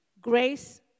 grace